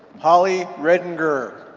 holly redinger.